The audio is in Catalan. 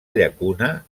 llacuna